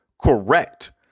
correct